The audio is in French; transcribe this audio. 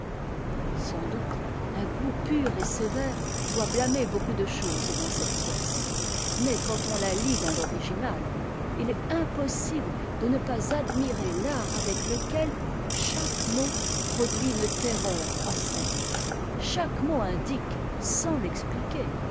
sans doute un goût pur et sévère doit blâmer beaucoup de choses dans cette pièce mais quand on ta lit dans l'original il est impossible de ne pas admirer l'art avec lequel chaque mot produit une terreur croissante chaque mot indique sans l'expliqùer